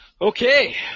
Okay